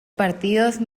partidos